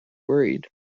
worried